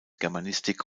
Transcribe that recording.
germanistik